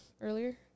earlier